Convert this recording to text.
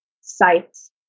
sites